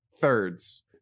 thirds